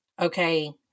okay